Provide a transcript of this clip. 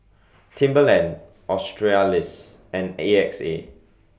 Timberland Australis and A X A